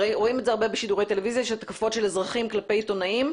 רואים את זה הרבה בשידורי טלוויזיה של אזרחים כלפי עיתונאים.